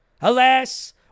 alas